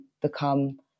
become